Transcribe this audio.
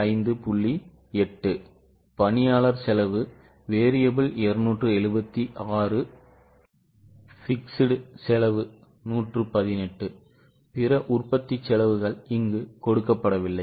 8 பணியாளர் செலவு variable 276 fixed செலவு 118 பிற உற்பத்தி செலவுகள் இங்கு கொடுக்கப்படவில்லை